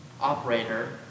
operator